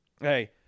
hey